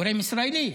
גורם ישראלי.